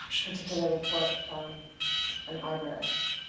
particular report from an arborist.